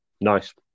Nice